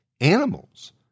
animals